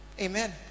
amen